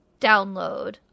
download